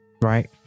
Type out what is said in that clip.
right